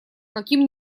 каким